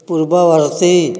ପୂର୍ବବର୍ତ୍ତୀ